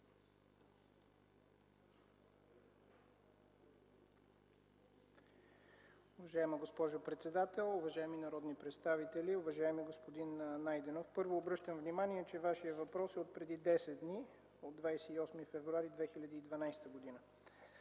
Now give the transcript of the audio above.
Уважаема госпожо председател, уважаеми народни представители! Уважаеми господин Найденов, първо, обръщам внимание, че Вашият въпрос е отпреди десет дни – от 28 февруари 2012 г.